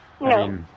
No